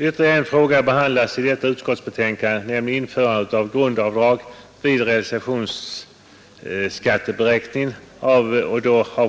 Ytterligare en fråga behandlas i detta utskottsbetänkande, nämligen införandet av ett grundavdrag vid realisationsskatteberäkning av